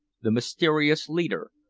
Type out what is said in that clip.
the mysterious leader,